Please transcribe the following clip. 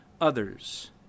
others